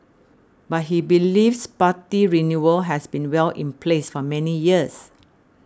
but he believes party renewal has been well in place for many years